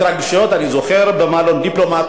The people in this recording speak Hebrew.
התרגשויות אני זוכר במלון "דיפלומט",